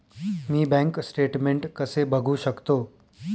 मी bank statement कसे बघू शकतो?